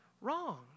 Wrong